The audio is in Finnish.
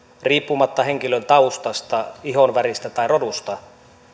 riippumatta henkilön taustasta ihonväristä tai rodusta